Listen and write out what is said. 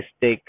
take